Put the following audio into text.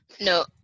No